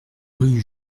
rue